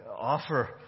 offer